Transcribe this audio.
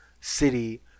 city